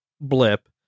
blip